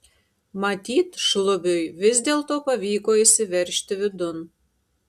matyt šlubiui vis dėlto pavyko įsiveržti vidun